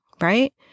Right